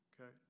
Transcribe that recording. Okay